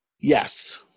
yes